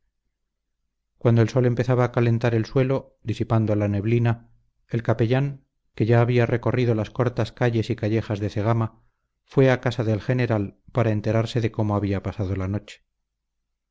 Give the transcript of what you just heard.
cuando el sol empezaba a calentar el suelo disipando la neblina el capellán que ya había recorrido las cortas calles y callejas de cegama fue a casa del general para enterarse de cómo había pasado la noche